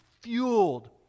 fueled